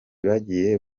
bagiye